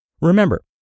Remember